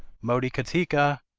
motikatika!